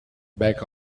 back